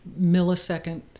millisecond